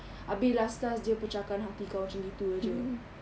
abeh last last dia pecah kan hati kau macam gitu jer